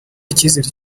icizere